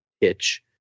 hitch